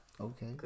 Okay